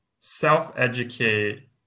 self-educate